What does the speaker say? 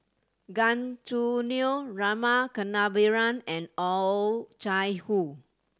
Gan Choo Neo Rama Kannabiran and Oh Chai Hoo